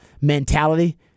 mentality